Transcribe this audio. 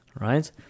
right